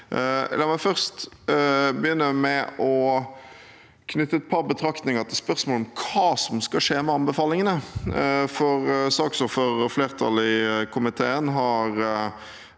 La meg først begynne med å knytte et par betraktninger til spørsmålet om hva som skal skje med anbefalingene, for saksordføreren og flertallet i komiteen har